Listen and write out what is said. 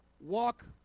Walk